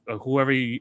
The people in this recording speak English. whoever